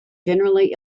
generally